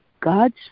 God's